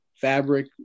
fabric